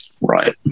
Right